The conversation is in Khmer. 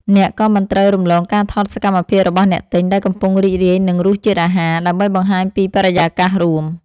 អ្នកក៏មិនត្រូវរំលងការថតសកម្មភាពរបស់អ្នកទិញ ដែលកំពុងរីករាយនឹងរសជាតិអាហារ ដើម្បីបង្ហាញពីបរិយាកាសរួម។